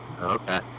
Okay